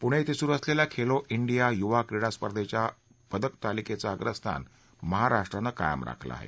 पुणे धिं सुरु असलेल्या खेलो धिंडिया युवा क्रीडा स्पर्धेच्या पदकतालिकेचं अप्रस्थान महाराष्ट्रानं कायम राखलं आहे